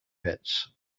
pits